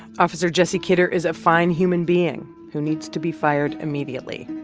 officer jesse kidder is a fine human being who needs to be fired immediately,